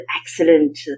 excellent